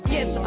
Yes